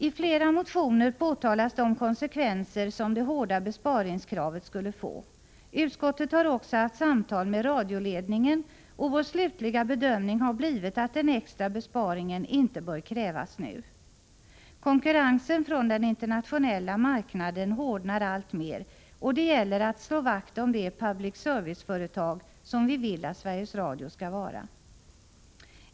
I flera motioner påtalas de konsekvenser som det hårda besparingskravet skulle få. Utskottet har också haft samtal med radioledningen, och vår slutliga bedömning har blivit att den extra besparingen inte bör krävas nu. Konkurrensen från den internationella marknaden hårdnar alltmer, och det gäller att slå vakt om det public service-företag som vi vill att Sveriges Radio skall vara.